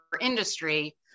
industry